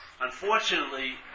Unfortunately